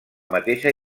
mateixa